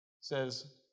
says